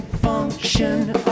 Function